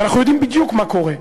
ואנחנו יודעים בדיוק מה קורה.